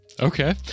Okay